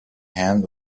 hand